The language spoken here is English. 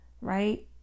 right